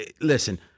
Listen